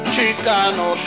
Chicano